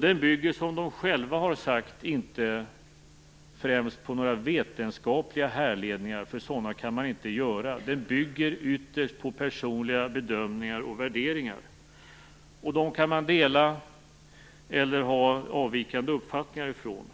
Den bygger, som de själva har sagt, inte främst på några vetenskapliga härledningar - sådana kan man inte göra. Den bygger ytterst på personliga bedömningar och värderingar. Man kan dela dessa bedömningar eller ha uppfattningar som avviker från dem.